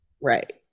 right